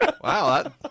Wow